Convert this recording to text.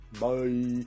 bye